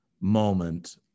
moment